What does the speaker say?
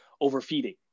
overfeeding